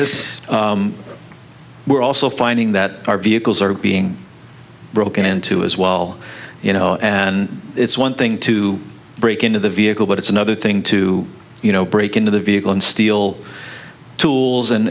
is we're also finding that our vehicles are being broken into as well you know and it's one thing to break into the vehicle but it's another thing to you know break into the vehicle and steal tools